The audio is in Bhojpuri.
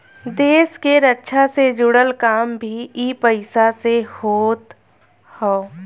देस के रक्षा से जुड़ल काम भी इ पईसा से होत हअ